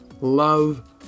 love